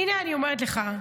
הינה, אני אומרת לך,